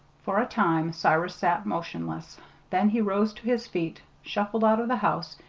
for a time cyrus sat motionless then he rose to his feet, shuffled out of the house,